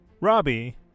Robbie